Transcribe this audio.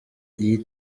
iyi